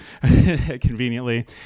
conveniently